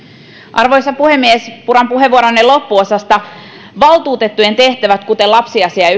arvoisa puhemies puran puheenvuoronne loppuosasta valtuutettujen kuten lapsiasia ja